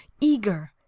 eager